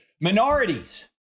minorities